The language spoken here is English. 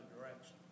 direction